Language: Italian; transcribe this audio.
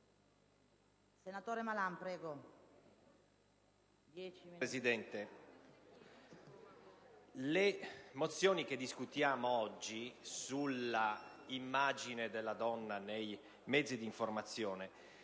Presidente, le mozioni che discutiamo oggi sull'immagine della donna nei mezzi d'informazione